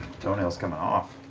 toenail's coming off.